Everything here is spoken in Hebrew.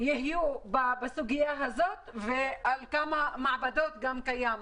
יהיו בסוגיה הזאת וכמה מעבדות קיימות.